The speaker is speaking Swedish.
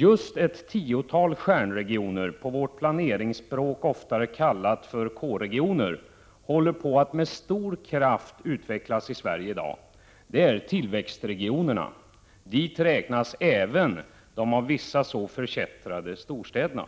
Just ett tiotal stjärnregioner — på vårt planeringsspråk oftare kallade K-regioner — håller på att med stor kraft utvecklas i Sverige i dag. Det är tillväxtregionerna. Dit räknas även de av vissa så förkättrade storstäderna.